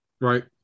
Right